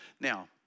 Now